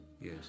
Yes